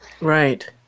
Right